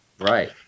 right